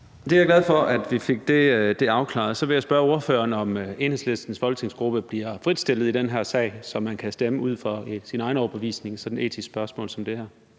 Jeg er glad for, at vi fik det afklaret. Så vil jeg spørge ordføreren, om Enhedslistens folketingsgruppe bliver fritstillet i den her sag, så man kan stemme ud fra sin egen overbevisning i sådan et etisk spørgsmål som det her.